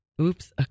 oops